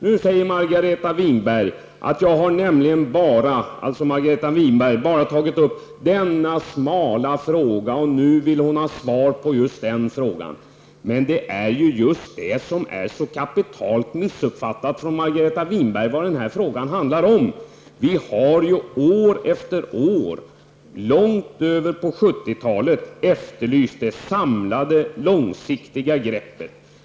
Nu säger Margareta Winberg att hon bara har tagit upp den smala frågan, och hon vill ha besked i denna fråga. Men Margareta Winberg har ju så kapitalt missuppfattat vad frågan handlar om. Vi har ju år efter år sedan 70-talet efterlyst det samlade långsiktiga greppet.